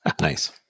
Nice